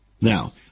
Now